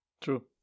True